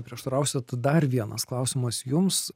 neprieštarausit dar vienas klausimas jums